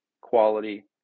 quality